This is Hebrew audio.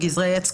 גזרי עץ,